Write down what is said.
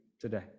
today